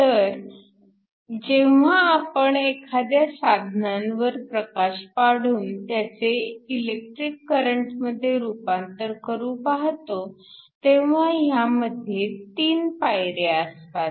तर जेव्हा आपण एखाद्या साधनांवर प्रकाश पाडून त्याचे इलेक्ट्रिक करंटमध्ये रूपांतर करू पाहतो तेव्हा ह्यामध्ये ३ पायऱ्या असतात